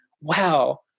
wow